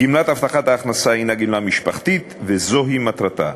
גמלת הבטחת הכנסה הנה גמלה משפחתית, וזוהי מטרתה.